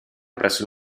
presso